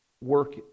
work